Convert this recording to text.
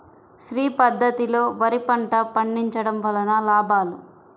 శ్రీ పద్ధతిలో వరి పంట పండించడం వలన లాభాలు?